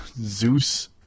Zeus